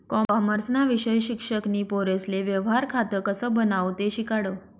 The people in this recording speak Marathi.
कॉमर्सना विषय शिक्षक नी पोरेसले व्यवहार खातं कसं बनावो ते शिकाडं